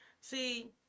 See